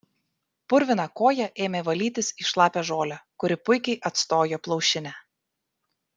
purviną koją ėmė valytis į šlapią žolę kuri puikiai atstojo plaušinę